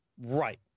Right